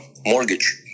mortgage